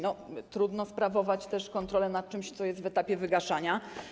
No trudno sprawować kontrolę nad czymś, co jest na etapie wygaszania.